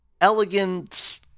elegant